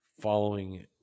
following